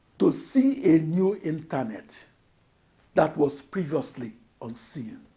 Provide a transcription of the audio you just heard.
to see a new internet that was previously unseen.